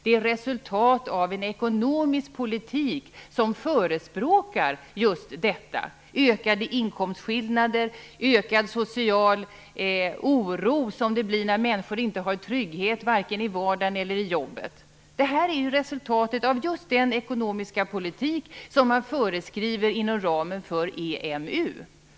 Det är resultat av en ekonomisk politik som förespråkar just detta - ökade inkomstskillnader och ökad social oro, som blir fallet när människor inte känner trygghet vare sig i vardagen eller i jobbet. Detta är resultatet av just den ekonomiska politik som man föreskriver inom ramen för EMU.